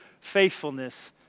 faithfulness